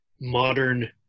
modern